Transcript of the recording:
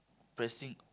pressing